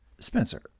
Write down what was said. Spencer